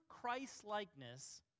Christ-likeness